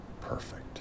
perfect